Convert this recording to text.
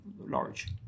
large